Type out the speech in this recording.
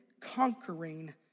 conquering